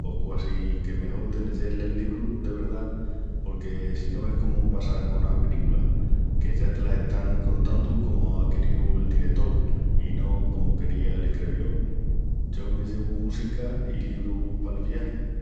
pos quasi que mejol el leyel el libru de verdá porque si no es cómu passa conas penículas, que ya te las están contandu comu á queríu el diretol i no comu quería l'escreviol. Yo me llevu música i librus pal viagi.